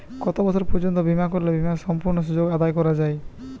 কত বছর পর্যন্ত বিমা করলে বিমার সম্পূর্ণ সুযোগ আদায় করা য়ায়?